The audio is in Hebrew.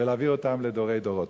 ולהעביר אותן לדורי-דורות.